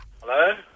Hello